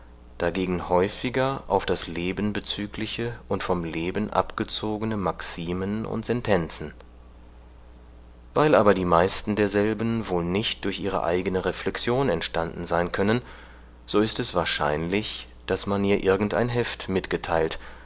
dagegen häufiger auf das leben bezügliche und vom leben abgezogene maximen und sentenzen weil aber die meisten derselben wohl nicht durch ihre eigene reflexion entstanden sein können so ist es wahrscheinlich daß man ihr irgendeinen heft mitgeteilt